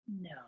No